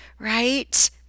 Right